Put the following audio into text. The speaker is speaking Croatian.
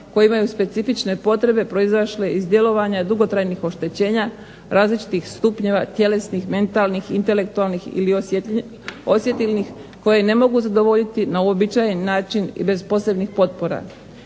koje imaju specifične potrebe proizašle iz djelovanja dugotrajnih oštećenja različitih stupnjeva tjelesnih, mentalnih, intelektualnih ili osjetilnih koje ne mogu zadovoljiti na uobičajen način i bez posebnih potpora.